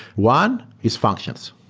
one is functions.